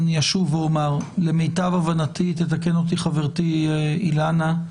ואומר, למיטב הבנתי, תתקן אותי חברתי אילנה,